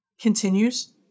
continues